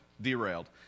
derailed